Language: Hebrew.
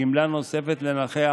גמלה נוספת לנכה,